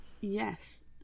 yes